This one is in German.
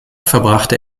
verbrachte